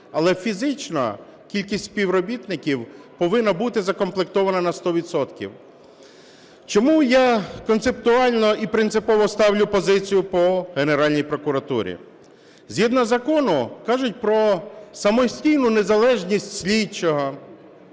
але фізично кількість співробітників повинна бути укомплектована на 100 відсотків. Чому я концептуально і принципово ставлю позицію по Генеральній прокуратурі? Згідно закону кажуть про самостійну незалежність слідчого,